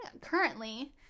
currently